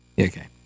okay